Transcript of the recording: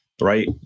right